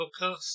podcast